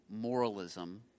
moralism